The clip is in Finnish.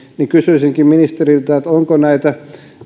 kysyisinkin ministeriltä onko näitä